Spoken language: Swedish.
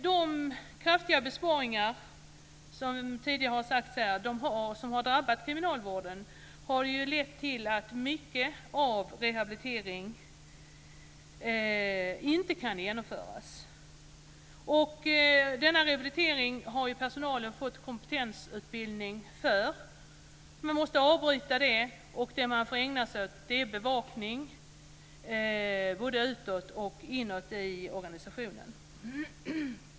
De kraftiga besparingar som drabbat, som det påpekats, kriminalvården har lett till att mycket av rehabilitering inte kan genomföras. Denna rehabilitering har personalen fått kompetensutbildning för, men man måste avbryta den. Det man får ägna sig åt är bevakning både utåt och inåt i organisationen.